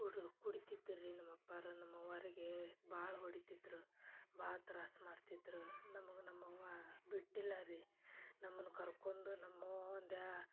ಕುಡು ಕುಡಿತಿದ್ದರೀ ನಮ್ಮಪ್ಪಾರ ನಮ್ಮ ಅವ್ವಾರಿಗೆ ಭಾಳ ಹೊಡಿತಿದ್ದರು ಭಾಳ ತ್ರಾಸ ಮಾಡ್ತಿದ್ರು ನಮ್ಗೆ ನಮ್ಮವ್ವ ಬಿಟ್ಟಿಲ್ಲ ರೀ ನಮ್ಮನ್ನ ಕರ್ಕೊಂಡು ನಮ್ಮ ಅವ್ವಂದ್ಯ